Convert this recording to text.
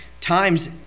times